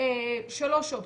יש שלוש אופציות.